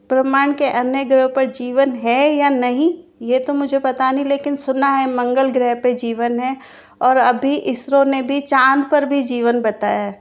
ब्रह्मांड के अन्य ग्रहों पर जीवन है या नहीं यह तो मुझे पता नहीं लेकिन सुना है मंगल ग्रह पर जीवन है और अभी इसरो ने भी चाँद पर भी जीवन बताया है